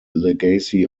legacy